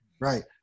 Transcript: Right